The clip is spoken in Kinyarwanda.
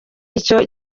icyo